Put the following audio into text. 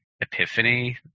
epiphany